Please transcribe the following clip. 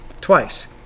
twice